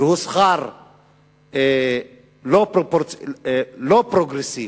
והוא שכר לא פרוגרסיבי.